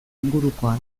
ingurukoa